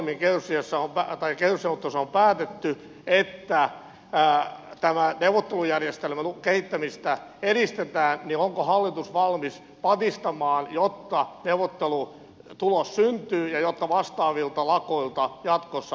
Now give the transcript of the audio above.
kun jo aiemmin kehysneuvotteluissa on päätetty että tämän neuvottelujärjestelmän kehittämistä edistetään niin onko hallitus valmis patistamaan jotta neuvottelutulos syntyy ja jotta vastaavilta lakoilta jatkossa vältytään